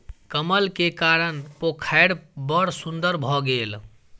कमल के कारण पोखैर बड़ सुन्दर भअ गेल